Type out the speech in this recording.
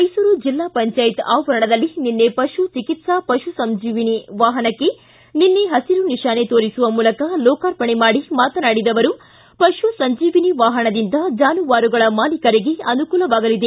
ಮೈಸೂರು ಜಿಲ್ಲಾ ಪಂಚಾಯತ್ ಆವರಣದಲ್ಲಿ ನಿನ್ನೆ ಪಶು ಚೆಕಿತ್ಸಾ ಪಶು ಸಂಜೀವಿನಿ ವಾಹನಕ್ಕೆ ಹಸಿರು ನಿಶಾನೆ ತೋರಿಸುವ ಮೂಲಕ ಲೋಕಾರ್ಪಣೆ ಮಾಡಿ ಮಾತನಾಡಿದ ಅವರು ಪಶು ಸಂಜೀವಿನಿ ವಾಹನದಿಂದ ಜಾನುವಾರುಗಳ ಮಾಲೀಕರಿಗೆ ಅನುಕೂಲವಾಗಲಿದೆ